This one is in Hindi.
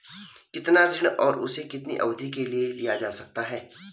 कितना ऋण और उसे कितनी अवधि के लिए लिया जा सकता है?